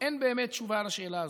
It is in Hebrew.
אין באמת תשובה על השאלה הזאת.